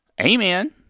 Amen